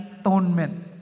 atonement